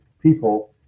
people